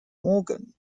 morgan